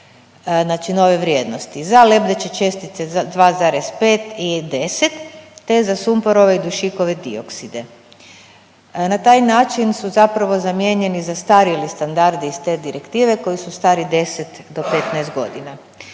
znači nove vrijednosti za lebdeće čestice 2,5 i 10, te za sumporove i dušikove diokside. Na taj način su zapravo zamijenjeni zastarjeli standardi iz te direktive koji su stari 10 do 15 godina.